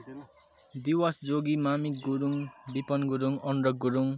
दिवस जोगी मामिक गुरुङ बिपन गुरुङ अनुराग गुरुङ